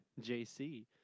JC